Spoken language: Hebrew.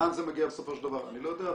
לאן זה מגיע בסופו של דבר אני לא יודע,